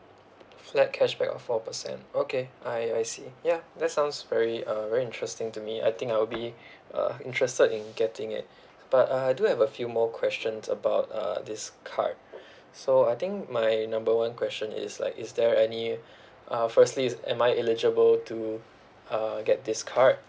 flat cashback of four percent okay I I see ya that's sounds very uh very interesting to me I think I'll be uh interested in getting it but uh I do have a few more questions about uh this card so I think my number one question is like is there any uh firstly is am I eligible to uh get this card